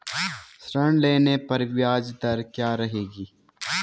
ऋण लेने पर ब्याज दर क्या रहेगी?